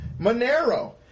Monero